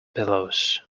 pillows